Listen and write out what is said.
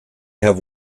have